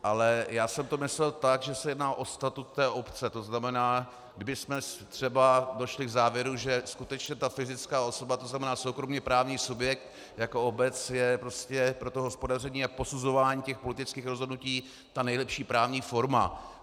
Ale já jsem to myslel tak, že se jedná o statut té obce, tzn. kdy jsme třeba došli k závěru, že skutečně ta fyzická osoba, tzn. soukromoprávní subjekt jako obec, je pro to hospodaření a posuzování politických rozhodnutí ta nejlepší právní forma.